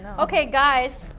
ok guys!